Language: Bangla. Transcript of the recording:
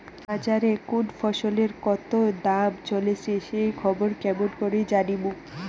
বাজারে কুন ফসলের কতো দাম চলেসে সেই খবর কেমন করি জানীমু?